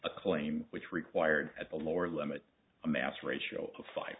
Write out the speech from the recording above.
a claim which required at the lower limit a mass ratio of five